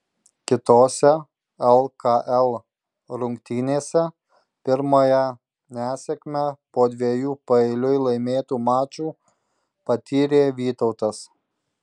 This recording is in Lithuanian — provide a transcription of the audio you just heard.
kitose lkl rungtynėse pirmąją nesėkmę po dviejų paeiliui laimėtų mačų patyrė vytautas